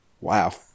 Wow